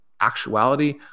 actuality